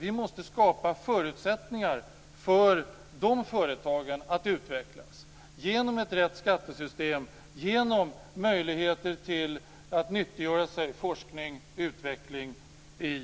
Vi måste skapa förutsättningar för dessa företag att utvecklas genom ett riktigt skattesystem och genom möjligheter att nyttiggöra sig forskning och utveckling i